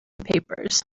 papers